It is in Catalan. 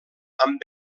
amb